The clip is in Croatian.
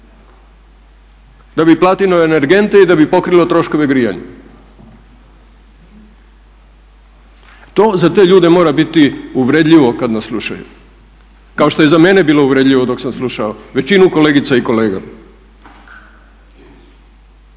da bi platilo energente i da bi pokrilo troškove grijanja. To za te ljude mora biti uvredljivo kada nas slušaju. Kao što je i za mene bilo uvredljivo dok sam slušao većinu kolegica i kolega.